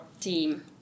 team